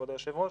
כבוד היושב ראש.